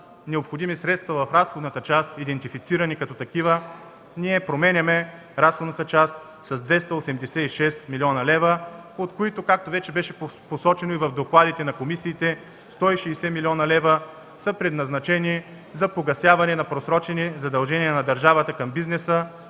необходими средства в разходната част, идентифицирани като такива, ние променяме разходната част с 286 млн. лв., от които, както вече беше посочено и в докладите на комисиите, 160 млн. лв. са предназначени за погасяване на просрочени задължения на държавата към бизнеса.